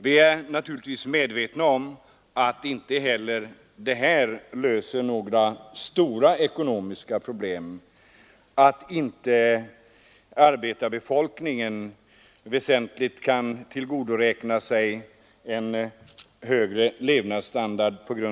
Vi är naturligtvis medvetna om att inte heller detta löser några stora ekonomiska problem, att inte arbetarbefolkningen härigenom kan tillgodoräkna sig en väsentligt högre levnadsstandard.